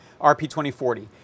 RP2040